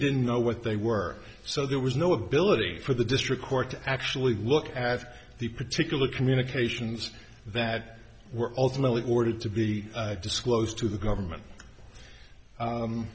didn't know what they were so there was no ability for the district court to actually look at the particular communications that were ultimately ordered to be disclosed to the government